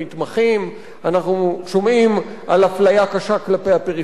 אנחנו שומעים על אפליה קשה כלפי הפריפריה בתחומי בריאות.